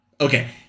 Okay